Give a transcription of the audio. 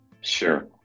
Sure